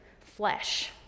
flesh